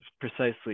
precisely